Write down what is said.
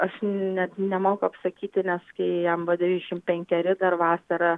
aš net nemoku apsakyti nes kai jam buvo devyniasdešim penkeri dar vasarą